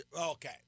Okay